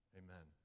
amen